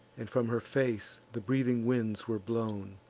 and from her face the breathing winds were blown,